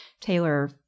Taylor